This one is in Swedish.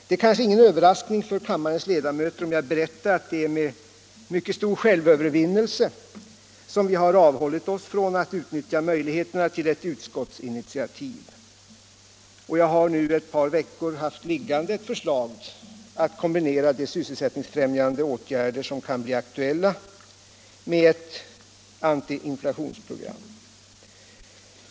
Det är kanske ingen överraskning för kammarens ledamöter om jag berättar att det är med mycket stor självövervinnelse som vi har avhållit oss från att utnyttja möjligheten till ett utskottsinitiativ, och jag har nu ett par veckor haft liggande ett förslag att kombinera de sysselsättningsfrämjande åtgärder som kan bli aktuella med ett antiinflationsprogram.